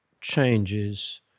changes